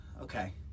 Okay